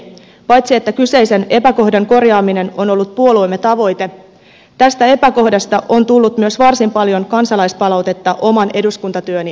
paitsi että kyseisen epäkohdan korjaaminen on ollut puolueemme tavoite tästä epäkohdasta on tullut myös varsin paljon kansalaispalautetta oman eduskuntatyöni aikana